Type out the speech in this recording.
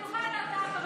תתביישי לך.